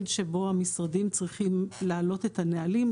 שבו המשרדים צריכים להעלות את הנהלים.